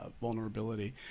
vulnerability